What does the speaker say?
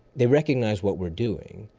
they recognise what we're doing,